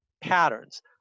patterns